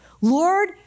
Lord